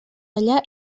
allà